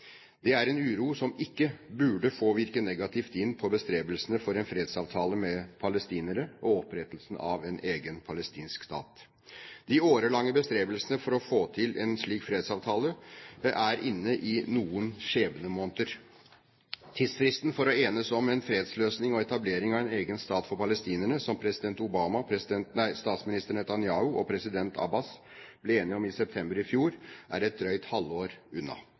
Det er en uro som ikke burde få virke negativt inn på bestrebelsene for en fredsavtale med palestinere og opprettelsen av en egen palestinsk stat. De årelange bestrebelsene for å få til en slik fredsavtale er inne i noen skjebnemåneder. Tidsfristen for å enes om en fredsløsning og etablering av en egen stat for palestinerne som president Obama, statsminister Netanyahu og president Abbas ble enige om i september i fjor, er et drøyt halvår unna.